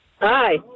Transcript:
Hi